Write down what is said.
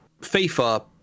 FIFA